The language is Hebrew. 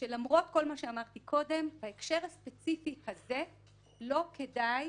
שלמרות כל מה שאמרתי קודם בהקשר הספציפי הזה לא כדאי